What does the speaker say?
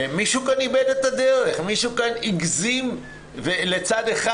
מישהו כאן איבד את הדרך, מישהו כאן הגזים לצד אחד.